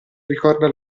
ricorda